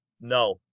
no